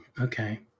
Okay